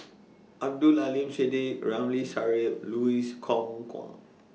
Abdul Aleem Siddique Ramli Sarip Louis Kok Kwang